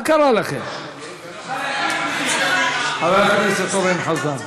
חבר הכנסת אורן חזן.